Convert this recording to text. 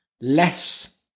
less